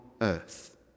earth